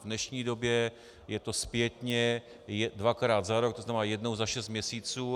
V dnešní době je to zpětně dvakrát za rok, to znamená jednou za šest měsíců.